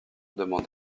demande